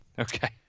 Okay